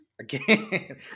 Again